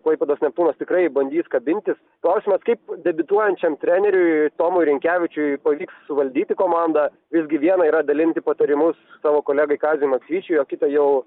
klaipėdos neptūnas tikrai bandys kabintis klausimas kaip debiutuojančiam treneriui tomui rinkevičiui pavyks suvaldyti komandą irgi viena yra dalinti patarimus savo kolegai kaziui maksvyčiui o kita jau